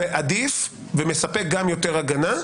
ומספק גם יותר הגנה.